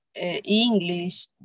English